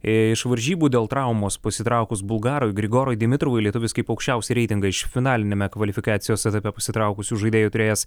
iš varžybų dėl traumos pasitraukus bulgarui grigorui demitrovui lietuvis kaip aukščiausią reitingą iš finaliniame kvalifikacijos etape pasitraukusių žaidėjų turėjęs